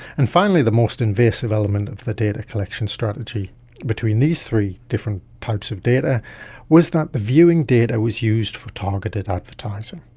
and finally the most invasive element of the data collection strategy between these three different types of data was that the viewing data was viewed for targeted advertising.